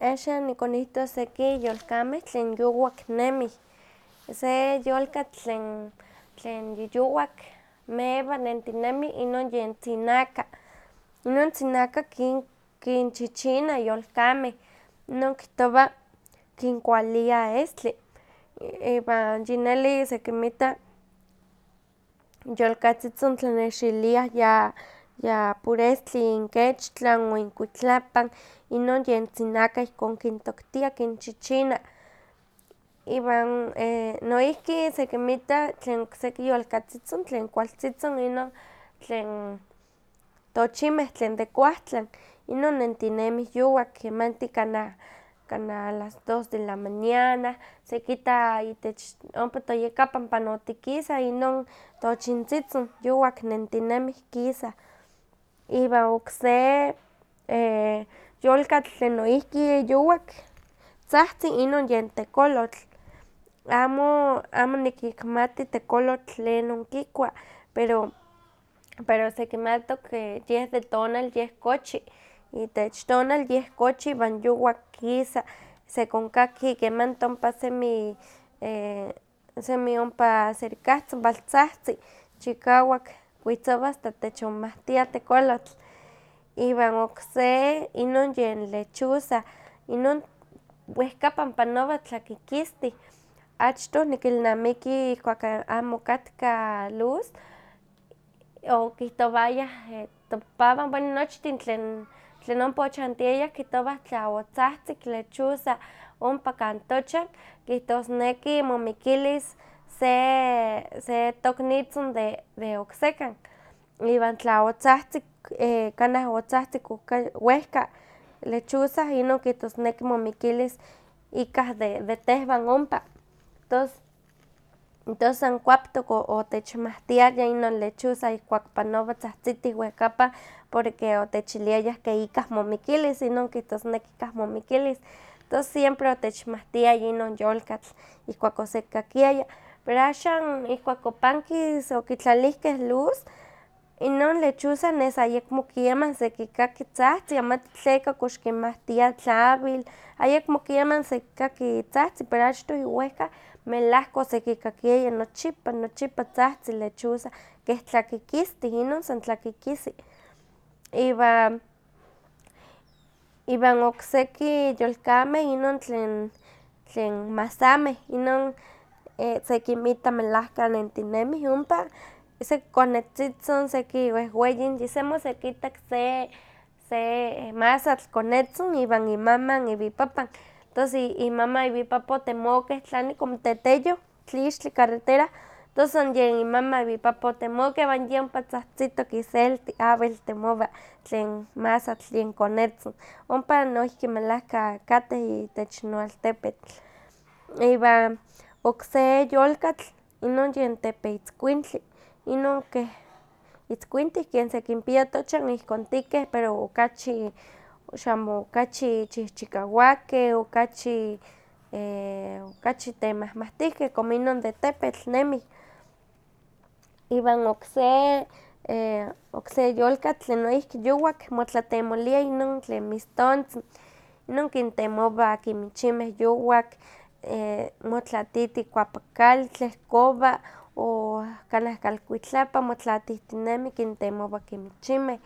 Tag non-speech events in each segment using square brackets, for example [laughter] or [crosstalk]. Axan nikonihtos seki yolkameh tlen yowak nemih, se yolkatl tlen tlen yiyowak mewa nentinemi inon yen tzinaka. Inon tzinaka kin kinchichina yolkameh, inon kihtowa kinkualia estli. Iwan yineli sekinmia yolkatzitzin tlanexiliah ya yapurestli inkechtla o inkuitlapan, inon yen tzinaka ihkon kintoktia kinchichina. Iwan noihki sekinmita tlen okseki yolkatzitzin, tlen kualtzitzin inon tlen tochinmeh tlel de kuawtlan. Inon nentinemih yowak kemanti kanah kanah a las dos de la mañana sekita itech ompa toyekapan panotikisah inon tochintzitzin yokwak nentinemih kisah. Iwan okse yolkatk tlen noihki yowak tzahtzi inon yen tekolotl. Amo amo nikmati tlenon tekolotl kikua|, pero sekimatok yeh de tonal kochi, itech tonal yeh kochi iwan yowak kisa sekonkaki kemanti ompa semi e semi ompa cerkahtzin waltzahtzi, chikawak kuitzowa asta techinmahtia tekolotl. Iwan okse inon yen lechuza, inon wehkapan panowa tlakikistiw, qchtoh nikilnamiki ihkuak amo okatka luz, okihtowayah topapawan, bueno nochtin tlen tlen ompa ochantiayah kihtowah tla otzahtzik lechuza ompa kan tochan kihtosneki momikilis se se toknitzin de oksekan, iwan tla otzahtzik kanah otzahtzik okachi wehka lechuza inon kihtosneki momikilis ikah de de tehwan ompa, tos tos san kuaptok otechmawtiaya inon lechuza ihkuak panowa thahtzitin wehkapan porque otechiliayah ke ikah momikilis, inon kihtosneki ikah momikilis. Tos siempre otechmawtiaya inon yolkatl, ihkuak osekakiaya, pero axan ihkuak opankis okitlalihkeh luz, inon lechuza nes ayekmo keman sekikaki tzahtzi, amati tleka kox kimawtia tlawil, ayekmo keman sekikaki tzahtzi, pero achtoh yowehka melahka osekikakiaya nochipa nochipa tzahtzi lechuza, keh tlakikistih, inon son tlakikisi. Iwan, iwan okseki yolkameh inon tlen masameh, inon sekinmitta melahka nennitenih ompa, seki konetzitzin, seki wehweyin. Yisemi osekitak se, se masatl konetzin iwan imaman iwan ipapan, tos imaman iwan ipapan otemokeh tlani como teteyoh, tlixtli carretera, tos son inaman iwan ipapan otemokeh, iwan yeh ompa tzahtzitok iselti amo wel temowa tlen masatl yen konetzin. Ompa noihki melahka kateh itech noaltepetl. Iwan okse yolkatl inon yen tepeitzkuintli, inon keh itzkuintih ken sekinpia tochan, ihkontikeh pero okachi xamo okachi chihchikawakeh o okachi okachi temawmawtihkeh como inon de tepetl nemih. Iwan okse okse yolkatl tlen noihki yuwak motlatemolia inon tlen mistontzin, inon kintemwa kimichimeh yowak, motlatiti ikuakap kali tlehkowa, o kanah kalkuitlapan motlatihtinemi kintemowa kimichimeh.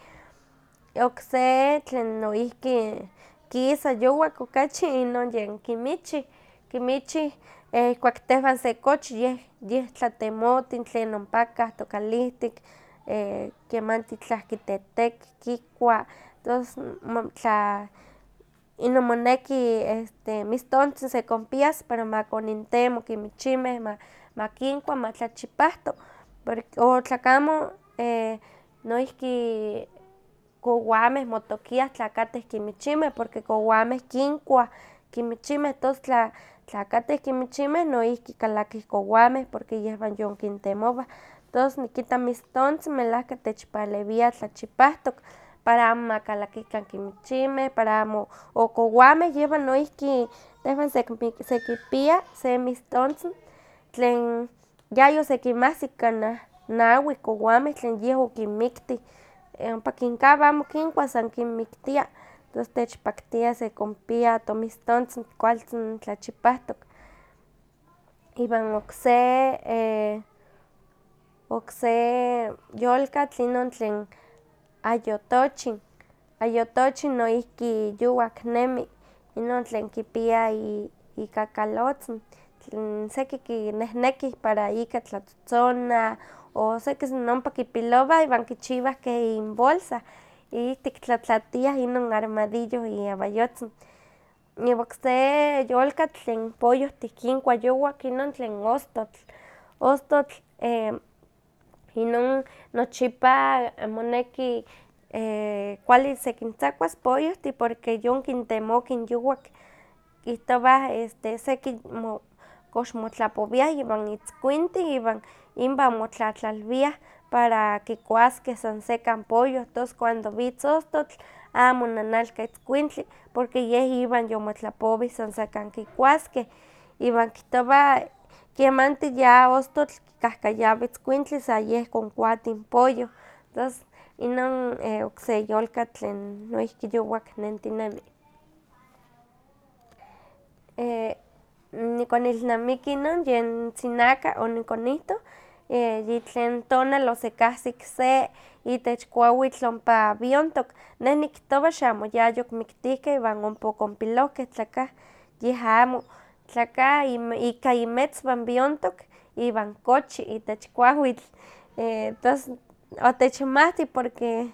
Okse tlen noihki kisa yowak okachi inon yen kimichih, kimichih ihkuak tehwan sekochi yeh tlatemotin, tlen ompakah tokalihtik, e- kemanti itlah kiteteki kikua, tos n- m- tla inon moneki este mistontzin sekonpias para ma konintemo kimichimeh ma kinkua ma tlachipahto, o tlakamo e- noihki kowameh motokiah tla kateh kimichimeh porque kowameh kinkuah, kimichimeh, tos tla kateh kimichimeh noihki kalakih kowameh porque yehwan yon kintemowah. Tos nikita mistontzin melahka techpalewia tlachipahtok, para amo ma kalakikan kimichimeh, o kowameh yehwan noihki tehwan sekipia se mistontzin tlen yayosekinmahsik kanah nawi kowameh tlen yeh okinmiktih, ompa kinkawa amo kinkua san kinmiktia. Tos tech paktia sekonpia to mistontzin kualtzin tlachipahtok, iwan okse e- okse yolkatl inon tlen ayotochin. Ayotochin noihki yuwak nemi, inon tlen kipia ikakalotzin, tlen seki kinehneki para ika tlatzotztzonah, o seki san ompa kipilowan iwan kichiwah keh inbolsa, ihtik tlatlatiah inon armadillo iewayotzin. Iwan okse yolkatl tlen pollohtih kinkua yowak inon tlen ostotl. Ostotl e- inon nochipa nomeki [hesitation] kuali se kintzakuas pollohtih porque yon kintemokin yowak, kihtowah seki mo- kox motlapowiah iwan itzkuintin, iwan inwan motlatlalwiah para kikuaskeh san sekan polloh, tos cuando witz ostotl amo nanalka itzkuintli, porque yeh iwan yomotlapowih san sekan kikuaskeh, iwan kihtowa kemanti yaostotl kikahkayawa itzkuintli sa yeh konkuatin pollo, tos inon okse yolkatl tlen noihki yukak nentinemi. Nikonilnamiki inon yen tzinaka onikonihtoh, yitlen tonal osekahsik se itech kuawitl ompa wiontok, neh nikihtowa xamo yayokimiktihkeh iwan ompa okonpilohkeh, yeh amo tlakah ika inmetzwan wiontok iwan kochi itech kuawitl, tonces otechmawti porque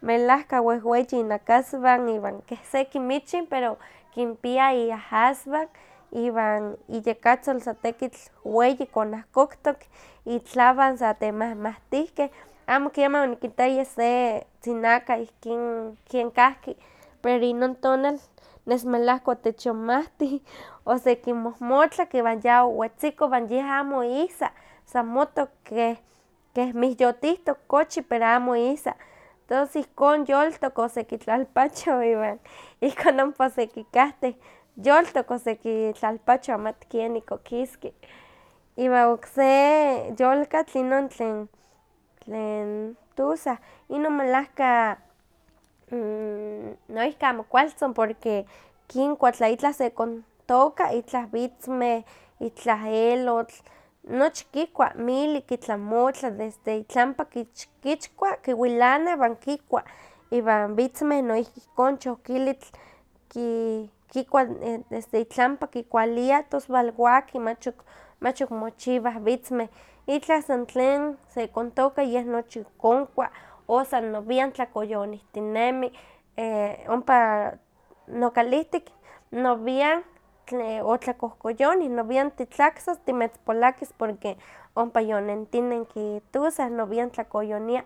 melahka wehweyi inakaswan, iwan keh se kimichin pero kinpia iahaswan iwan iyekatzil satekitl weyi konahkoktok, itlawan satemawmawtihkeh, amo keman onikitaya se tzinaka ihkin ken kahki, pero inon tonal nes melahka otechonmawti, osekimohmotlak iwan ya owetziko iwan yeh amo ihsa, san mottokk keh keh mihyotihtok kochi pero amo ihsa, tos ihkon yoltok osekitlalpacho iwan ihkon ompa osekikahteh, yoltok osekitlalpacho amati kenik okiski. Iwan okse yolkatl inon tlen tlen tuza, inon melahka [hesitation] noihki amo kualtzin porque tla itlah sekontooka itlah witzmeh, itlah elotl, nochi kikua, mili kitlamotla desde itlampa kich- kichkua kiwilana iwan kikua, iwan witzmeh noihki ihkon, chohkilitl ki, kikua itlampa kikualia, tos walwaki, machok- machokmochiwah witzmeh. Itlah san tlen sekontoka yeh nochi konkua o san nowian tlakoyonihtinemih, [hesitation] ompa nokalihtik nowian otlakohkoyonih, nowian titlaksas timetzpolakis porque ompa yonientinenki tuza, nowian tlakoyonia.